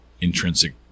intrinsic